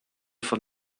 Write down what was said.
von